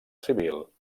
civil